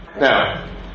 Now